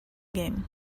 game